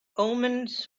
omens